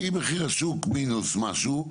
היא מחיר השוק מינוס משהו.